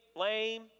lame